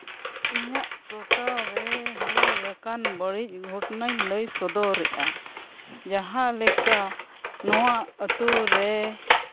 ᱤᱧᱟᱹᱜ ᱴᱚᱴᱷᱟ ᱨᱮ ᱦᱩᱭ ᱟᱠᱟᱱ ᱵᱟᱹᱲᱤᱡ ᱜᱷᱚᱴᱚᱱᱟᱧ ᱞᱟᱹᱭ ᱥᱚᱫᱚᱨᱮᱫᱼᱟ ᱡᱟᱦᱟᱸ ᱞᱮᱠᱟ ᱱᱚᱣᱟ ᱟᱛᱳ ᱨᱮ